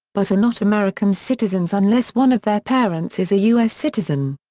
but are not american citizens unless one of their parents is a u s. citizen.